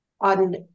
on